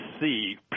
see